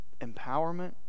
empowerment